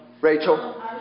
Rachel